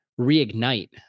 reignite